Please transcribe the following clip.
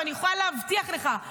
ואני יכולה להבטיח לך,